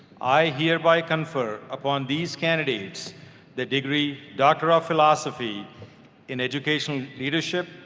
i hereby confer upon these candidates the degree doctor of philosophy in educational leadership,